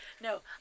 No